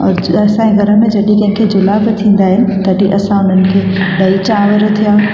ऐं असांजे घर में जॾहिं कंहिंखे जुलाब थींदा आहिनि तॾहिं असां उन्हनि खे दही चांवर थिया